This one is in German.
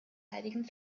heiligen